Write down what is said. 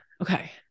Okay